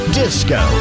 disco